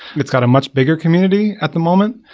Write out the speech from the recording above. it's got a much bigger community at the moment.